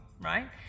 Right